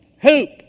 Hoop